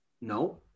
No